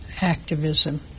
activism